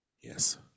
Yes